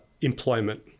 Employment